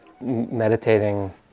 meditating